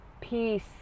peace